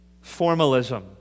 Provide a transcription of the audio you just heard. formalism